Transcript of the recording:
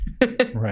Right